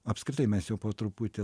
apskritai mes jau po truputį